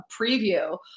preview